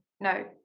no